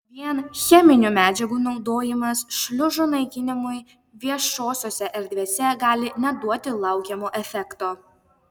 vien cheminių medžiagų naudojimas šliužų naikinimui viešosiose erdvėse gali neduoti laukiamo efekto